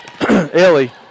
Ellie